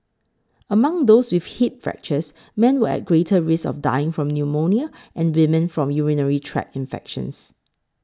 among those with hip fractures men were at greater risk of dying from pneumonia and women from urinary tract infections